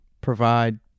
provide